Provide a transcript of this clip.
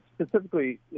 specifically